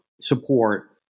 support